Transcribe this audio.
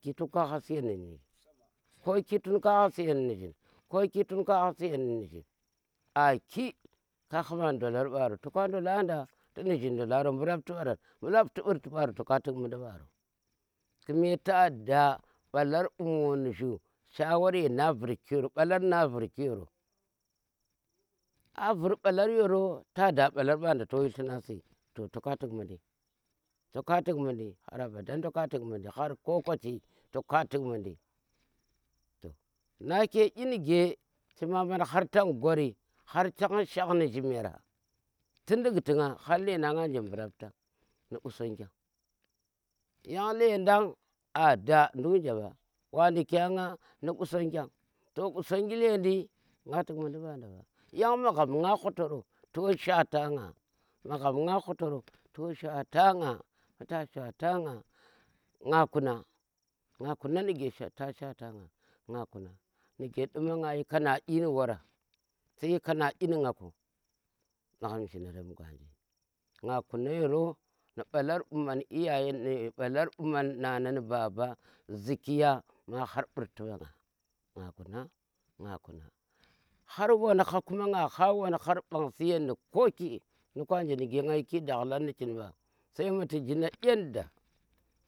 Ka ha siyan ni njin koki tun ka hagha siyen nu njin, ko ki tun ka hagha siyen nu nu njin, aki ka hama ni ndola ni ndolar mbaro to ndola da ti njin ndola ro, bu ropti ɓurti toka tik mundi ɓaro, kime ta da ɓalar bu moo ni jhuu kime ta da shaware na vurki yero, nu ɓalar yero ta da ɓalar ɓanda, to yi dlunar si to, toka tik mundi har abadan to ka tik mundi har ko kochi to ka tuk mundi, nake inige chema ban har tong gwori, har tang shak ni jimera ti ndkik ti nna har lendang nga naje mbuu rapta ni qusongi yang lendang a ada nduk nje ɓa wa dukkye nga ni qusonge, to qusangi leni nga tuk mundi mba da mba yang magham nga hutoro to shwata nga, to shwata nga magham nga hutoro to shwata nga mbu ta shwata nga, nga kuna, nga kuna nige ta shwta nga nga kuna nige kuma nga shi kanaɗi ni wara ti shi kanaɗi ni nga ku, magham zhinarem gwanji nga kuna yaro. ni ɓalar bu man nana ni baba zii ki ya nga har ɓurbi ɓang, nga kuma nga kuna har wan har ɓang siyen ni koki nduk anje nige nga shi ki dakhlar ni ciin ɓa sai mudti gina kyen da.